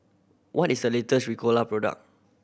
what is the latest Ricola product